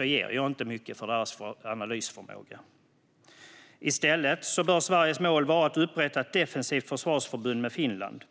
ger jag inte mycket för deras analysförmåga. I stället bör Sveriges mål vara att upprätta ett defensivt försvarsförbund med Finland.